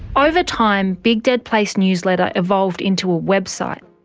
over time, big dead place newsletter evolved into a website.